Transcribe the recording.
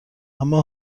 اما